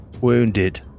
wounded